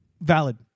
Valid